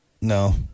No